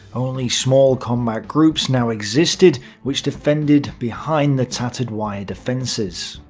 only small combat groups now existed, which defended behind the tattered wire defenses.